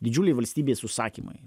didžiuliai valstybės užsakymai